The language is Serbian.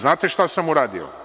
Znate šta sam uradio?